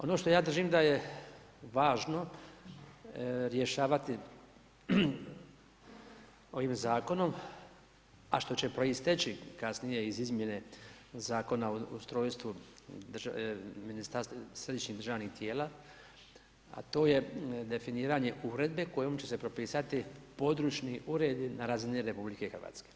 Ono što ja držim da je važno rješavati ovim zakonom a što će proisteći kasnije iz izmjene Zakona o ustrojstvu središnjih državnih tijela a to je definiranje uredbe kojom će se propisati područni uredi na razini RH.